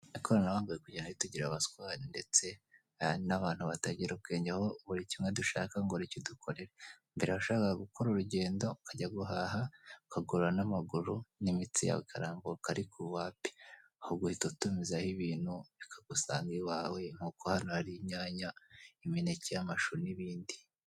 Ikoranabuhanga riri kugenda ritugira abaswa ndetse n'abantu batagira ubwenge, aho buri kimwe dushaka ngo rikidukore. Mbere washakaga gukora urugendo ukajya guhaha ukagorora n'amaguru n'imitsi yawe ikarambuka ariko ubu wapi ahubwo uhita utumizaho ibintu bikagusanga iwawe nk'uko hano hari inyanya, imineke, amashu n'ibindi.